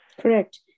Correct